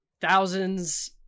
thousands